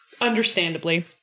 understandably